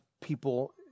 people